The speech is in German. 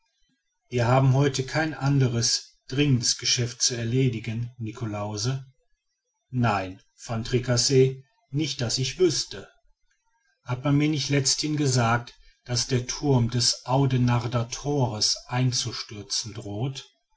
wir haben heute kein anderes dringendes geschäft zu erledigen niklausse nein van tricasse nicht daß ich wüßte hat man mir nicht letzthin gesagt daß der thurm des audenarder thors einzustürzen droht